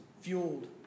fueled